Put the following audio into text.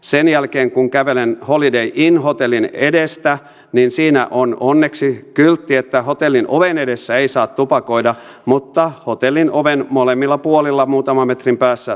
sen jälkeen kävelen holiday inn hotellin edestä ja siinä on onneksi kyltti että hotellin oven edessä ei saa tupakoida mutta hotellin oven molemmilla puolilla muutaman metrin päässä tupakoidaan